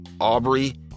Aubrey